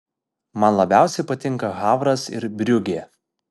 man labiausiai patinka havras ir briugė